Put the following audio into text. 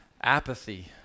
apathy